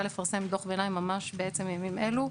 לפרסם דוח ביניים ממש בעצם ימים אלו.